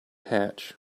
hatch